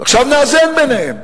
עכשיו נאזן ביניהן.